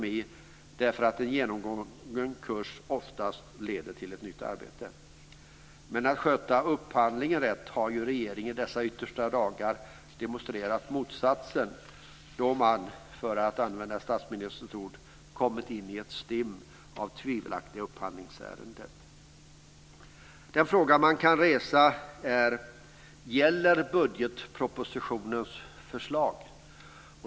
Det är bra att en genomgången kurs oftast leder till ett nytt arbete. Men när det gäller att sköta upphandlingen rätt har ju regeringen i dessa yttersta dagar demonstrerat motsatsen då man, för att använda statsministerns ord, kommit in i "ett stim av tvivelaktiga upphandlingsärenden". Den fråga man kan ställa är: Gäller budgetpropositionens förslag?